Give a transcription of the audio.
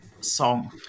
song